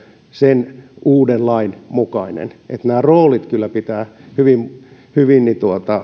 sen uuden lain mukainen tuleva oikeuskäytäntö nämä roolit kyllä pitää hyvin hyvin